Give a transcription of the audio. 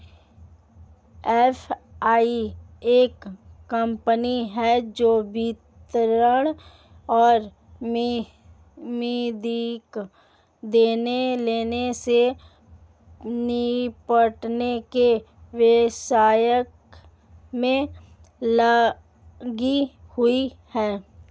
FI एक company है जो वित्तीय और मौद्रिक लेनदेन से निपटने के व्यवसाय में लगी हुई है